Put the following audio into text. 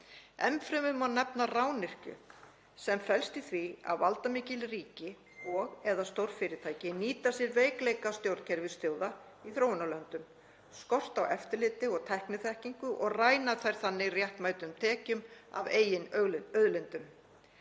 Enn fremur má nefna rányrkju sem felst í því að valdamikil ríki og/eða stórfyrirtæki nýta sér veikleika stjórnkerfis þjóða í þróunarlöndum, skort á eftirliti og tækniþekkingu og ræna þær þannig réttmætum tekjum af eigin auðlindum.